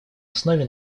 основе